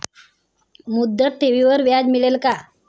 मुदत ठेवीवर व्याज मिळेल का?